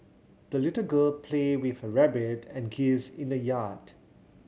the little girl played with her rabbit and geese in the yard